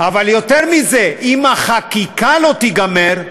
אבל יותר מזה: אם החקיקה לא תיגמר,